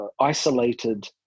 isolated